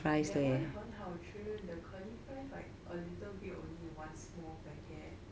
that one 很好吃 the curly fries like a little bit only one small packet